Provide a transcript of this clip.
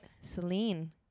Celine